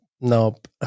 Nope